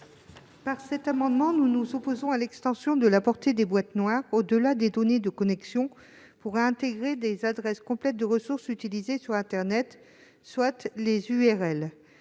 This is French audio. Par cet amendement, nous nous opposons à l'extension de la portée des « boîtes noires » au-delà des données de connexion, pour intégrer des adresses complètes de ressources utilisées sur internet, soit les URL.